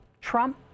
Trump